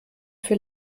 für